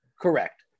Correct